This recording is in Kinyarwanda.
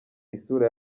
isura